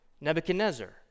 Nebuchadnezzar